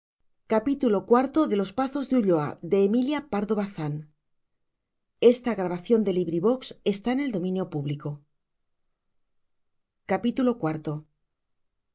los pazos de ulloa by emilia pardo bazán this ebook